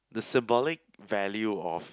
the symbolic value of